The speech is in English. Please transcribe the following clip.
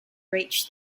reached